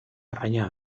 arraina